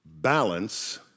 balance